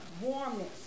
warmness